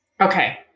Okay